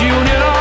union